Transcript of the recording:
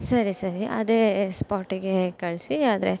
ಸರಿ ಸರಿ ಅದೇ ಸ್ಪಾಟಿಗೆ ಕಳಿಸಿ ಆದರೆ